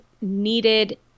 needed